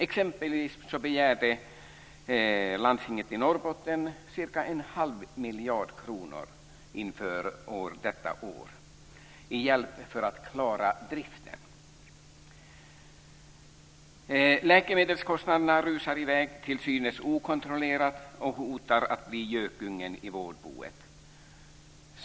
Exempelvis begärde landstinget i Norrbotten ca 1⁄2 miljard kronor inför detta år till hjälp för att klara driften. Läkemedelskostnaderna rusar iväg till synes okontrollerat och hotar att bli gökungen i vårdboet.